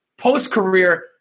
post-career